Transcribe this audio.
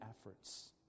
efforts